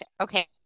Okay